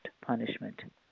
punishment